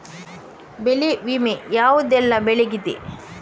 ಬೆಳೆ ವಿಮೆ ಯಾವುದೆಲ್ಲ ಬೆಳೆಗಿದೆ?